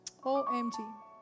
OMG